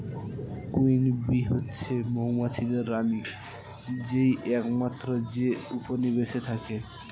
queen bee হচ্ছে মৌমাছিদের রানী যেই একমাত্র যে উপনিবেশে থাকে